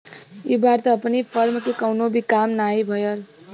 इ बार त अपनी फर्म के कवनो भी काम नाही भयल